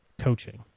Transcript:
coaching